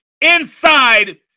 Inside